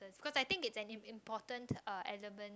cause I think it an imp~ important uh element